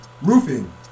roofing